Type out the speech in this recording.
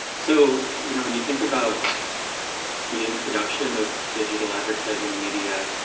so you know and you think about the introduction of digital advertising media,